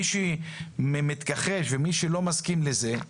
מי שמתכחש ומי שלא מסכים לזה,